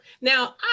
Now